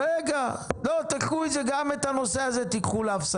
רגע, לא, תיקחו גם את הנושא הזה להפסקה.